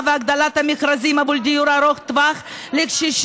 והגדלת המכרזים עבור דיור ארוך טווח לקשישים,